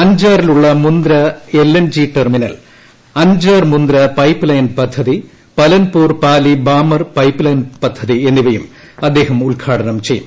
അൻജാറിലുള്ള Mundra L N G terminal Anjar Mundra pipeline പദ്ധതി Palanpur Pali Barmer pipe line പദ്ധതി എന്നിവയും അദ്ദേഹം ഉദ്ഘാടനം ചെയ്യും